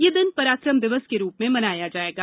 ये दिन पराकम दिवस के रूप में मनाया जाएगा